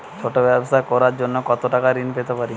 ছোট ব্যাবসা করার জন্য কতো টাকা ঋন পেতে পারি?